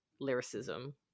lyricism